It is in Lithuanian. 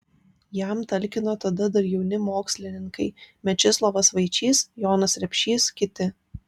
jam talkino tada dar jauni mokslininkai mečislovas vaičys jonas repšys kiti